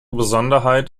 besonderheit